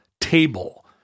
table